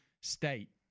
State